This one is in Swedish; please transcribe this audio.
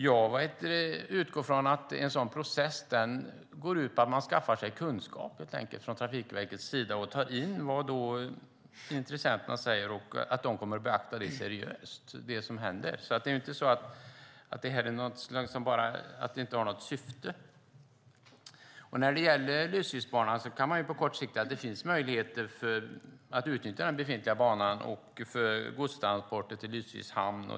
Jag utgår från att en sådan process går ut på man skaffar sig kunskap från Trafikverkets sida, tar in vad intressenterna säger och beaktar det seriöst. Det är inte så att det inte har något syfte. När det gäller Lysekilsbanan kan man säga att det på kort sikt finns möjligheter att utnyttja den befintliga banan för godstransporter till Lysekils hamn.